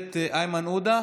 הכנסת איימן עודה,